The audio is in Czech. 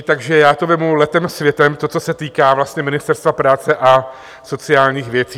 Takže já to vezmu letem světem, to, co se týká vlastně Ministerstva práce a sociálních věcí.